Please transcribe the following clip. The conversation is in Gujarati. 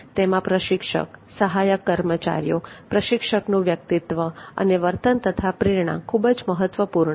તેમાં પ્રશિક્ષક સહાયક કર્મચારીઓ પ્રશિક્ષકનું વ્યક્તિત્વ અને વર્તન તથા પ્રેરણા ખૂબ જ મહત્વપૂર્ણ છે